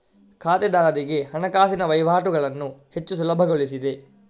ಖಾತೆದಾರರಿಗೆ ಹಣಕಾಸಿನ ವಹಿವಾಟುಗಳನ್ನು ಹೆಚ್ಚು ಸುಲಭಗೊಳಿಸಿದೆ